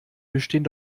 bestehen